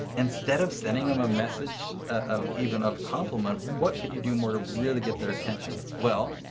instead of sending them a message of even of compliment what could you do more to really get their attention? well,